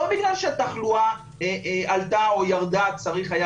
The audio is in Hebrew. לא בגלל שהתחלואה עלתה או ירדה צריך היה